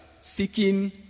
seeking